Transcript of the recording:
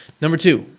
number two.